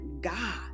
God